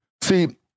See